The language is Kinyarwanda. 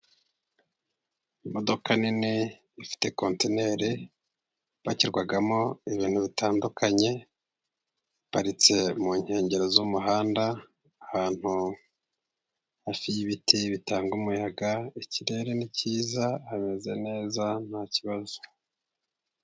Imodoka nini ifite conteneri ipashyirwamo ibintu bitandukanye, biparitse mu nkengero z'umuhanda, ahantu hafi y'ibiti bitanga umuyaga, ikirere ni cyiza hameze neza ntakibazo.